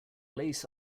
lace